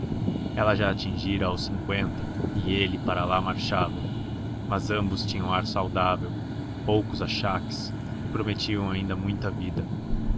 ela já atingira aos cinqüenta e ele para lá marchava mas ambos tinham ar saudável poucos achaques e prometiam ainda muita vida